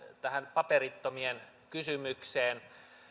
tähän paperittomien kysymykseen